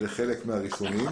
זה חלק מהריסונים.